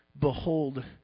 behold